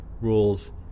rules